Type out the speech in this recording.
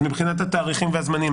אז מבחינת התאריכים והזמנים,